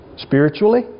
Spiritually